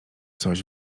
coś